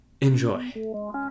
enjoy